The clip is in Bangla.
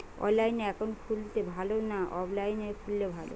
অনলাইনে একাউন্ট খুললে ভালো না অফলাইনে খুললে ভালো?